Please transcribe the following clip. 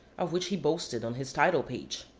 of which he boasted on his title-page.